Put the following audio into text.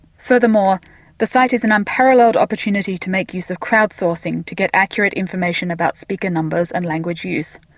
furthermore the site is an unparalleled opportunity to make use of crowd sourcing to get accurate information about speaker numbers and language use.